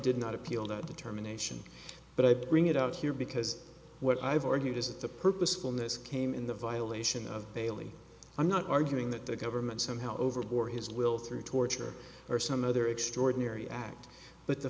did not appeal that determination but i bring it up here because what i've argued is that the purposefulness came in the violation of bailey i'm not arguing that the government somehow overbore his will through torture or some other extraordinary act but the